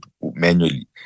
manually